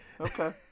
okay